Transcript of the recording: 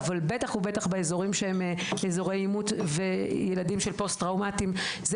אבל בטח ובטח באזורים שהם מאזורי עימות וילדים של פוסט טראומטיים זה